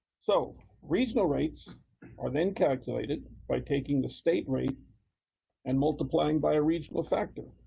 so regional rates are then calculated by taking the state rate and multiplying by a regional factor.